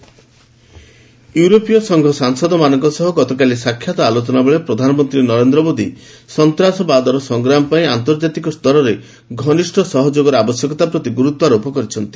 PM EU ୟରୋପୀୟ ସଂଘ ସାଂସଦମାନଙ୍କ ସହ ଗତକାଲି ସାକ୍ଷାତ ଆଲୋଚନା ବେଳେ ପ୍ରଧାନମନ୍ତ୍ରୀ ନରେନ୍ଦ୍ର ମୋଦୀ ସନ୍ତାସବାଦର ସଂଗ୍ରାମ ପାଇଁ ଆନ୍ତର୍କାତିକ ସ୍ତରରେ ଘନିଷ୍ଠ ସହଯୋଗର ଆବଶ୍ୟକତା ପ୍ରତି ଗୁର୍ରତ୍ୱାରୋପ କରିଛନ୍ତି